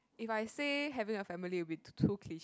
if I say having a family will be too cliche